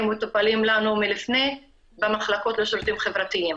ומטופלים לנו מלפני במחלקות לשירותים חברתיים.